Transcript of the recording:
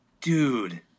dude